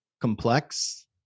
complex